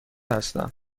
هستم